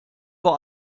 vor